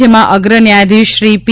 જેમાં અગ્ર ન્યાયાધીશ શ્રી પી